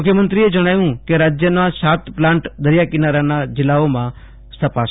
મુખ્યમંત્રીએ જણાવ્યું કે રાજયમાં વધુ સાત પ્લાન્ટ દરિયા કિનારાના જિલ્લાઓમાં સ્થપાશે